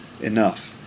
enough